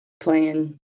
playing